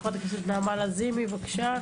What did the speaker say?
חברת הכנסת נעמה לזימי, בבקשה.